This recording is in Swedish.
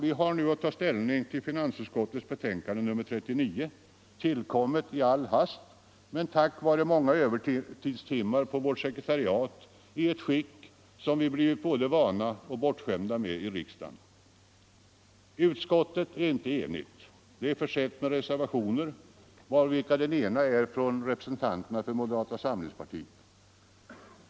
Nu har vi att ta ställning till finansutskottets betänkande nr 39, tillkommet i all hast men tack vare många övertidstimmar på vårt sekretariat i ett skick som vi blivit både vana och bortskämda med här i riksdagen. Utskottsbetänkandet är inte enhälligt utan är försett med reservationer, varav den ena är från representanterna för moderata samlingspartiet.